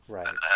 Right